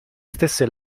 stesse